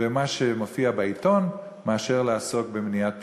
במה שמופיע בעיתון מאשר לעסוק במניעת פשיעה.